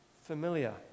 familiar